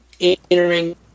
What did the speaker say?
Entering